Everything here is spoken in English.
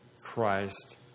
Christ